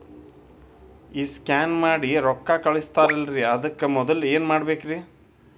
ಈ ಸ್ಕ್ಯಾನ್ ಮಾಡಿ ರೊಕ್ಕ ಕಳಸ್ತಾರಲ್ರಿ ಅದಕ್ಕೆ ಮೊದಲ ಏನ್ ಮಾಡ್ಬೇಕ್ರಿ?